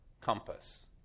compass